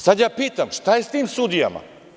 Sada ja pitam, šta je sa tim sudijama?